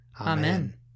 Amen